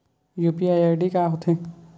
UPI ID का होथे?